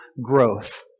growth